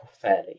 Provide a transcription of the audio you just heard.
fairly